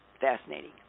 Fascinating